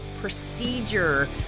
procedure